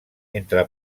entre